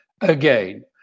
again